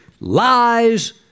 lies